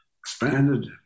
expanded